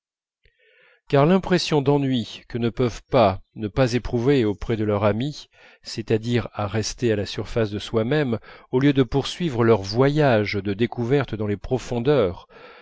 car l'impression d'ennui que ne peuvent pas ne pas éprouver auprès de leur ami c'est-à-dire à rester à la surface de soi-même au lieu de poursuivre leur voyage de découvertes dans les profondeurs